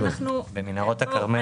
כאן יש לי בעיה אחרת.